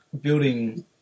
building